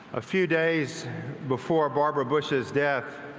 a few days before barbara bush's death,